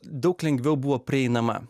daug lengviau buvo prieinama